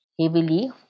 heavily